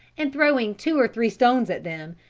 and throwing two or three stones at them,